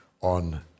on